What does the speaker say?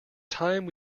time